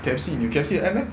K_F_C you have K_F_C app meh